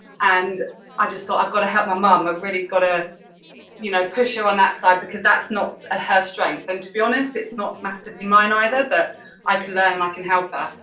and i just thought, i've got to help my mom, i've really got to you know push her on that side, because that's not ah her strength and to be honest, it's not massively mine either, but i can learn and i can help her.